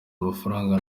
amafaranga